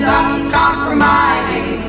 uncompromising